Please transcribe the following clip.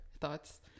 thoughts